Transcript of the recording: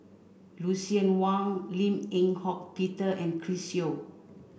Lucien Wang Lim Eng Hock Peter and Chris Yeo